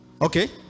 Okay